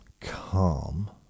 calm